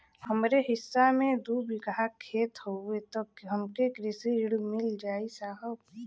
हमरे हिस्सा मे दू बिगहा खेत हउए त हमके कृषि ऋण मिल जाई साहब?